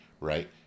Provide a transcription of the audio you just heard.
Right